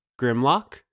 Grimlock